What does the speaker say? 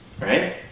Right